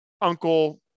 Uncle